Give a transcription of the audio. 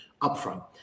upfront